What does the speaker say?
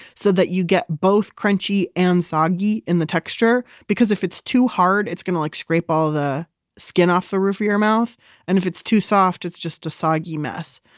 so that you get both crunchy and soggy in the texture because if it's too hard, it's going to like scrap all the skin off the rough of your mouth and if it's too soft, it's just a soggy mess.